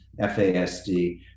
FASD